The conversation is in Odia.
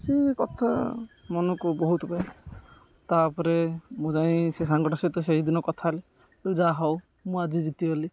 ସେ କଥା ମନକୁ ବହୁତ ପାଏ ତାପରେ ମୁଁ ଯାଇ ସେ ସାଙ୍ଗଟା ସହିତ ସେଇଦିନ କଥା ହେଲି ଯାହା ହେଉ ମୁଁ ଆଜି ଜିତିଗଲି